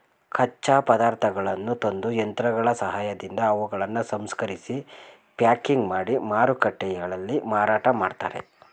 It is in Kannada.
ಕಚ್ಚಾ ಪದಾರ್ಥಗಳನ್ನು ತಂದು, ಯಂತ್ರಗಳ ಸಹಾಯದಿಂದ ಅವುಗಳನ್ನು ಸಂಸ್ಕರಿಸಿ ಪ್ಯಾಕಿಂಗ್ ಮಾಡಿ ಮಾರುಕಟ್ಟೆಗಳಲ್ಲಿ ಮಾರಾಟ ಮಾಡ್ತರೆ